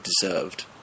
deserved